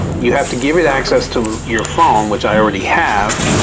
you have to give it access to your phone which i already have,